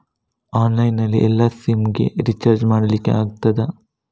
Online ನಲ್ಲಿ ಎಲ್ಲಾ SIM ಗೆ ರಿಚಾರ್ಜ್ ಮಾಡಲಿಕ್ಕೆ ಆಗ್ತದಾ?